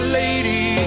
lady